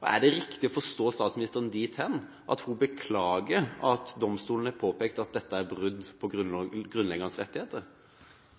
Er det riktig å forstå statsministeren dit hen at hun beklager at domstolene påpekte at dette er brudd på grunnleggende rettigheter?